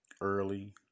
early